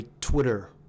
Twitter